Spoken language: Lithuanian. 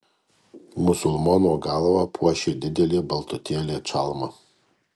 musulmono galvą puošė didelė baltutėlė čalma